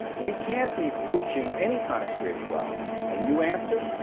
we can't be pushing any kind of spirituality and you answer.